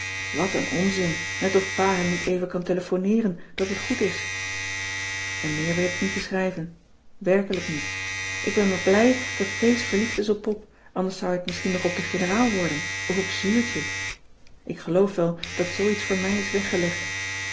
wat n onzin net of pa hem niet even kan telefoneeren dat het goed is en meer weet ik niet te schrijven werkelijk niet ik ben maar blij dat kees verliefd is op pop anders zou hij het misschien nog op de generaal worden of op zuurtje ik geloof wel dat zoo iets voor mij is weggelegd